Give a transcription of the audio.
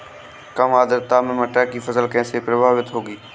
कम आर्द्रता में टमाटर की फसल कैसे प्रभावित होगी?